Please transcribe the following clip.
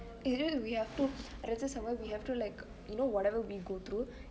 if we have to there's this summer we have to like you know whatever we go through